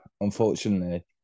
unfortunately